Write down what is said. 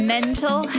Mental